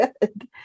good